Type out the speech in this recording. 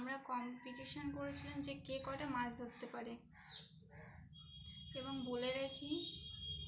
আমরা কম্পিটিশান করেছিলাম যে কে কটা মাছ ধরতে পারে এবং বলে রেখি